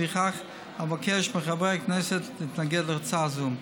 ולפיכך אבקש מחברי הכנסת להתנגד להצעה זו.